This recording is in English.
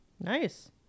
nice